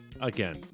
again